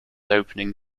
opening